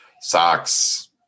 socks